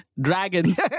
dragons